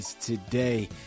Today